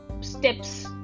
steps